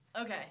Okay